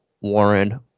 Warren